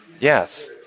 Yes